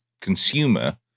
consumer